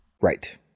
Right